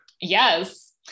yes